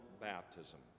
baptism